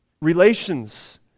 Relations